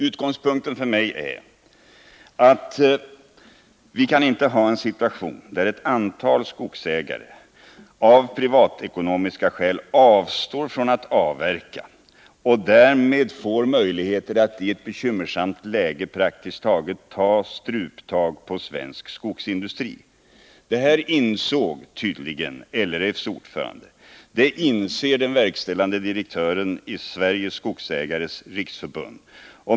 Utgångspunkten för mig är att vi inte kan ha en situation som innebär att ett antal skogsägare av privatekonomiska skäl avstår från att avverka och därmed får möjligheter att i ett bekymmersamt läge praktiskt taget ta struptag på svensk skogsindustri. Detta insåg tydligen LRF:s ordförande, det inser den verkställande direktören i Sveriges Skogsägareföreningars riksförbund.